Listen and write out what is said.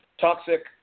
Toxic